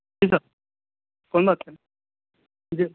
جی sir کون بات کر رہے جی